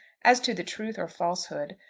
as to the truth or falsehood,